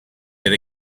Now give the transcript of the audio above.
that